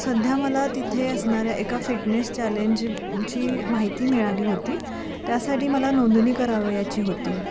सध्या मला तिथे असणाऱ्या एका फिटनेस चॅलेंजची ची माहिती मिळाली होती त्यासाठी मला नोंदणी करावयाची होती